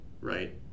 right